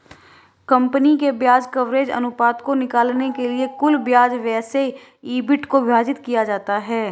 company के ब्याज coverage अनुपात को निकालने के लिए कुल ब्याज व्यय से ईबिट को विभाजित किया जाता है